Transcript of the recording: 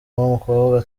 wumukobwa